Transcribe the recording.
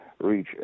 reach